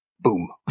boom